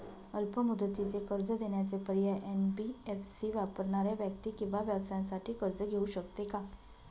अल्प मुदतीचे कर्ज देण्याचे पर्याय, एन.बी.एफ.सी वापरणाऱ्या व्यक्ती किंवा व्यवसायांसाठी कर्ज घेऊ शकते का?